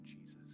Jesus